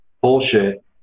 bullshit